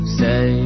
say